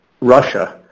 Russia